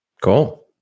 Cool